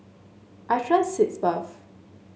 I trust Sitz Bath